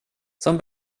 som